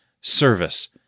service